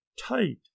tight